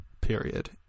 period